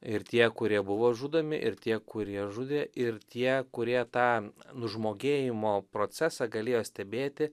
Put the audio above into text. ir tie kurie buvo žudomi ir tie kurie žudė ir tie kurie tą nužmogėjimo procesą galėjo stebėti